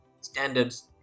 standards